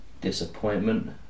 disappointment